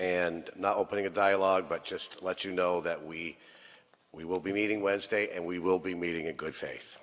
and not opening a dialogue but just let you know that we we will be meeting wednesday and we will be meeting a good face